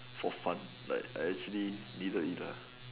for fun like I actually didn't eat lah